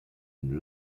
une